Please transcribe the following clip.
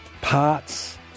Parts